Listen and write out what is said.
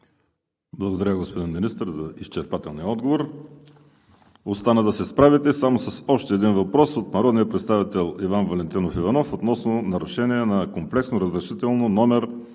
Благодаря, господин Министър, за изчерпателния отговор. Остана да се справите само с още един въпрос – от народния представител Иван Валентинов Иванов относно нарушения на Комплексно разрешително №